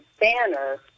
banner